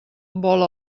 vol